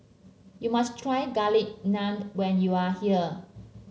you must try Garlic Naan when you are here